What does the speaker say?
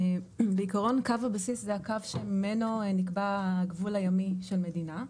בעיקרון קו הבסיס זה הקו שממנו נקבע הגבול הימי של מדינה.